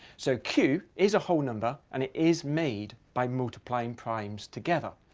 so q is a whole number, and it is made by multiplying primes together.